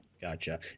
gotcha